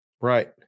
Right